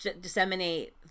disseminate